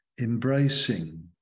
embracing